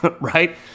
Right